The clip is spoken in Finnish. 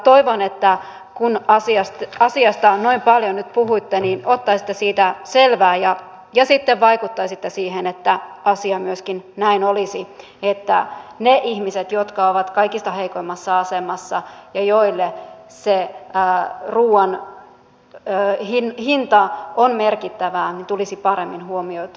toivon että kun asiasta noin paljon nyt puhuitte niin ottaisitte siitä selvää ja sitten vaikuttaisitte siihen että asia myöskin näin olisi että ne ihmiset jotka ovat kaikista heikoimmassa asemassa ja joille se ruoan hinta on merkittävää tulisivat paremmin huomioitua